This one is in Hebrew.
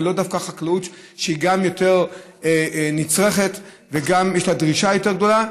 ולאו דווקא חקלאות שגם יותר נצרכת ויש לה דרישה יותר גדולה,